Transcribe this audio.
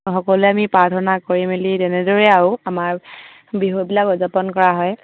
সকলোৱে আমি প্ৰাৰ্থনা কৰি মেলি তেনেদৰেই আৰু আমাৰ বিহুবিলাক উযাপন কৰা হয়